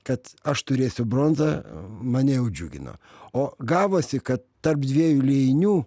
kad aš turėsiu bronza mane jau džiugino o gavosi kad tarp dviejų liejinių